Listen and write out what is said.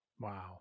Wow